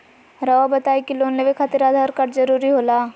रौआ बताई की लोन लेवे खातिर आधार कार्ड जरूरी होला?